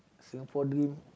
Singapore dream